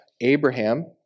Abraham